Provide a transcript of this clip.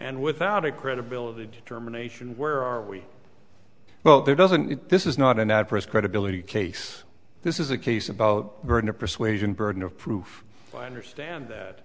and without a credibility determination where are we well there doesn't this is not an adverse credibility case this is a case about burden of persuasion burden of proof i understand that